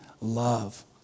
Love